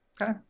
okay